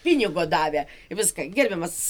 pinigo davė viską gerbiamas